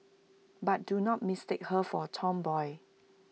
but do not mistake her for A tomboy